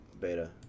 beta